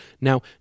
now